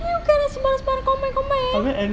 you cannot sembarang-sembarang combine eh